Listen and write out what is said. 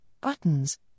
buttons